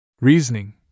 Reasoning